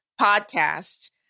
podcast